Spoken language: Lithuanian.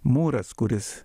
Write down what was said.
mūras kuris